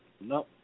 No